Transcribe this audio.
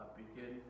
begin